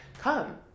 come